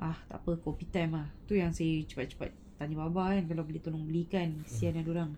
ah tak apa kopi time ah tu yang saya cepat-cepat tadi bapa kan tanya boleh tolong belikan kesian dia orang